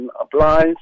applies